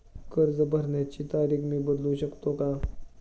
कर्ज भरण्याची तारीख मी बदलू शकतो का?